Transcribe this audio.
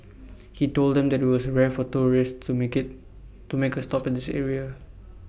he told them that IT was rare for tourists to make IT to make A stop at this area